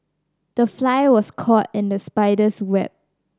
the fly was caught in the spider's web